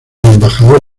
embajador